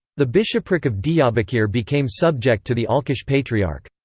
the bishopric of diyarbakir became subject to the alqosh patriarch.